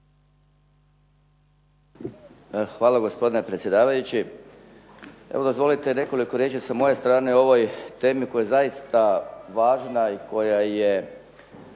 Hvala. Gospodine presjedavajući. Evo, dozvolite nekoliko riječi sa moje strane o ovoj temi koja je zaista važna i koja je